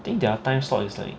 I think their time slot is like